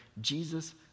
Jesus